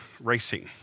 racing